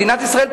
מדינת ישראל,